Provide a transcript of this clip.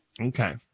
okay